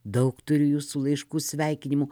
daug turiu jūsų laiškų sveikinimų